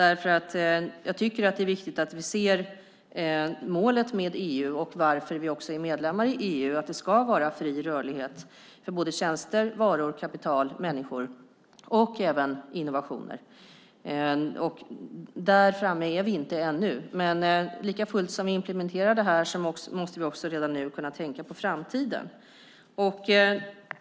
Jag tycker nämligen att det är viktigt att vi ser målet med EU och varför vi är medlemmar i EU, att det ska vara fri rörlighet för tjänster, varor, kapital, människor och även innovationer. Där framme är vi inte ännu. Men likafullt som vi implementerar tjänstedirektivet måste vi redan nu kunna tänka på framtiden.